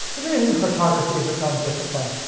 there's a reason cartography is its own discipline,